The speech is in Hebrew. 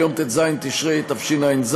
ביום ט"ז בתשרי התשע"ז,